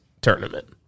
tournament